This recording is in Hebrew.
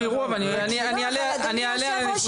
אדוני היושב-ראש,